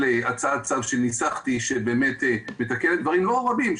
הצעת צו שניסחתי שבאמת מתקנת דברים לא רבים.